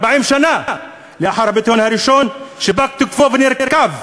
40 שנה לאחר הפיתיון הראשון שפג תוקפו ונרקב,